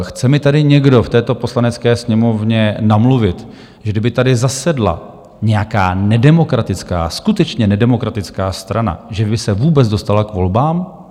Chce mi tady někdo v této Poslanecké sněmovně namluvit, že kdyby tady zasedla nějaká nedemokratická, skutečně nedemokratická strana, že by se vůbec dostala k volbám?